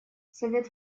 совет